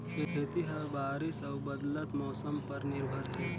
खेती ह बारिश अऊ बदलत मौसम पर निर्भर हे